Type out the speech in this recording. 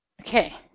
Okay